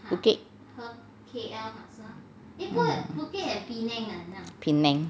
phuket penang